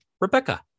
Rebecca